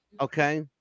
Okay